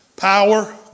Power